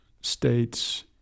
states